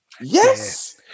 Yes